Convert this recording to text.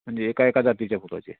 म्हणजे एका एका जातीच्या फुलाची